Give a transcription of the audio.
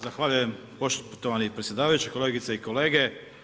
Zahvaljujem poštovani predsjedavajući, kolegice i kolege.